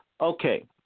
Okay